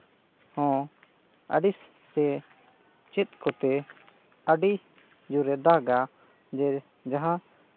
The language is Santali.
ᱦᱚᱸ ᱟᱹᱲᱤᱥᱮ ᱪᱮᱫ ᱠᱚᱛᱮ ᱟᱹᱰᱤ ᱡᱳᱨᱮ ᱫᱟᱜᱟ ᱡᱮ ᱡᱟᱦᱟᱸ